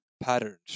patterns